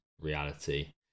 reality